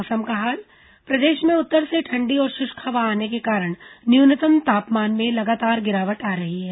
मौसम प्रदेश में उत्तर से ठंडी और शुष्क हवा आने के कारण न्यूनतम तापमान में लगातार गिरावट आ रही है